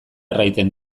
erraiten